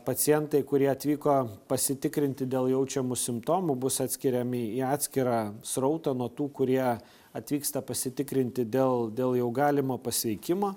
pacientai kurie atvyko pasitikrinti dėl jaučiamų simptomų bus atskiriami į atskirą srautą nuo tų kurie atvyksta pasitikrinti dėl dėl jau galimo pasveikimo